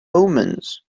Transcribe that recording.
omens